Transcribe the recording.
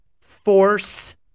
force